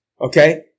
okay